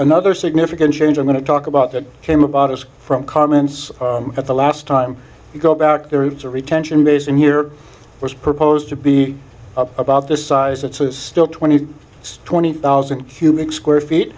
another significant change i'm going to talk about that came about as from comments at the last time we go back there it's a retention base and here was proposed to be about the size it's still twenty twenty thousand cubic square feet